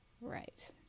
Right